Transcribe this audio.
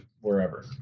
wherever